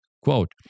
Quote